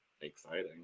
exciting